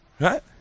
Right